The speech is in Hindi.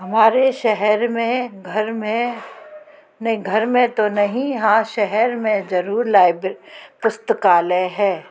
हमारे शहर में घर में नहीं घर मे तो नहीं हाँ शहर मे ज़रूर लाइब पुस्तकालय है